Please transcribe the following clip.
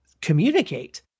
communicate